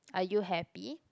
are you happy